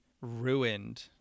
ruined